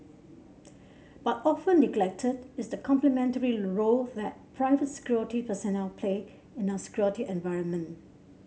but often neglected is the complementary role that private security personnel play in our security environment